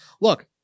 look